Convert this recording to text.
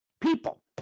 people